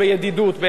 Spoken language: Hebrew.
לא ראוי,